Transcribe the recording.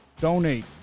Donate